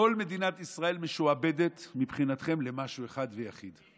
כל מדינת ישראל משועבדת מבחינתכם למשהו אחד ויחיד.